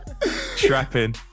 trapping